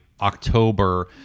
October